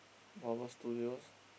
Marvel-Studios